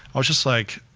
i was just like,